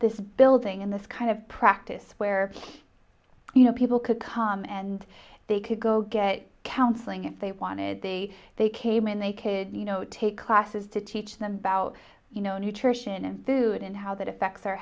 this building in this kind of practice where you know people could come and they could go get counseling if they wanted they they came and they could you know take classes to teach them about you know nutrition and food and how that effects our